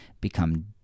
become